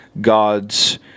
God's